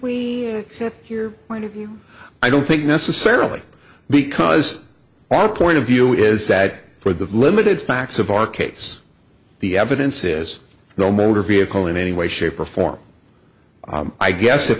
view i don't think necessarily because our point of view is sad for the limited facts of our case the evidence is no motor vehicle in any way shape or form i guess if